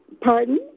Pardon